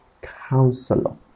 counselor